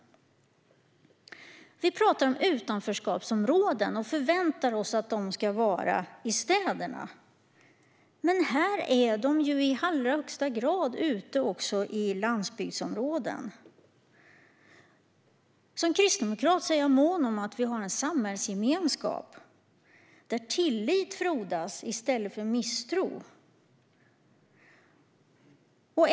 Vi talar om utanförskapsområden och förväntar oss att de ska finnas i städerna. Men de finns i allra högsta grad även ute i landsbygdsområden. Som kristdemokrat är jag mån om att vi har en samhällsgemenskap där tillit frodas i stället för misstro.